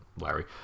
Larry